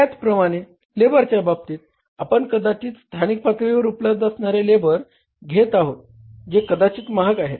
त्याचप्रमाणे लेबरच्या बाबतीत आपण कदाचित स्थानिक पातळीवर उपलब्ध असणारे लेबर घेत आहोत जे कदाचित महाग आहेत